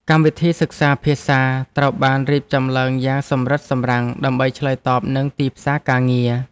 កម្មវិធីសិក្សាភាសាត្រូវបានរៀបចំឡើងយ៉ាងសម្រិតសម្រាំងដើម្បីឆ្លើយតបនឹងទីផ្សារការងារ។